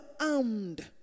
armed